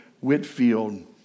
Whitfield